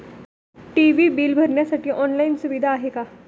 TV bill भरण्यासाठी online सुविधा आहे का?